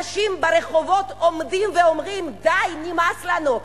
אנשים ברחובות עומדים ואומרים: די, נמאס לנו.